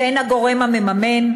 שהן הגורם המממן,